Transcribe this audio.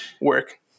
work